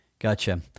Gotcha